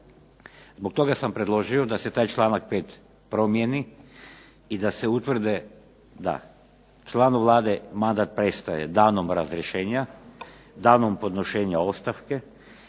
Zbog toga sam predložio da se taj članak 5. promijeni i da se utvrde da članu Vlade mandat prestaje danom razrješenja, danom podnošenja ostavke,